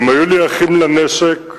הם היו לי אחים לנשק ולשליחות,